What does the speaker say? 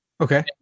Okay